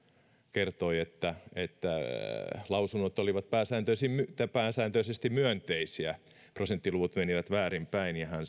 kertoi että että lausunnot olivat pääsääntöisesti myönteisiä prosenttiluvut menivät väärinpäin ja hän